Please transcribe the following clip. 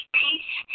peace